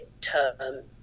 term